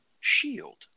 shield